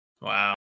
Wow